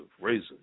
Razor